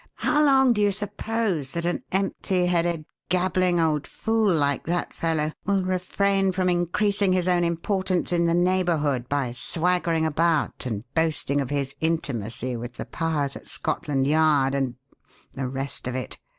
how long do you suppose that an empty-headed, gabbling old fool like that fellow will refrain from increasing his own importance in the neighbourhood by swaggering about and boasting of his intimacy with the powers at scotland yard and the rest of it?